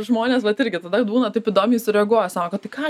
žmonės vat irgi tada būna taip įdomiai sureaguoja sako tai ką